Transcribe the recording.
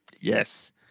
Yes